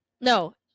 no